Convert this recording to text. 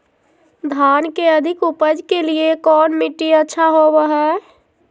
धान के अधिक उपज के लिऐ कौन मट्टी अच्छा होबो है?